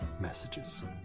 messages